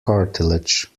cartilage